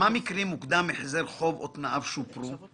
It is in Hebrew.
מקרים הוקדם החזר החוב או תנאיו שופרו?